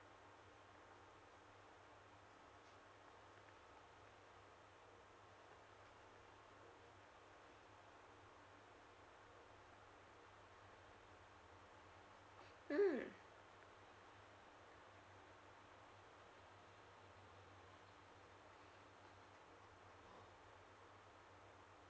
mm